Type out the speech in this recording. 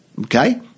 Okay